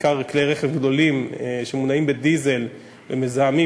בעיקר כלי רכב גדולים שמונעים בדיזל ומזהמים,